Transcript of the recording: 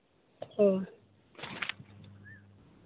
ᱚᱸᱻ